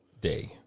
day